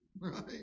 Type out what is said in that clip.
right